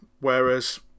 whereas